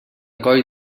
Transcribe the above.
coll